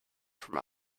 from